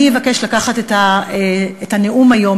אני אבקש לקחת את הנאום היום,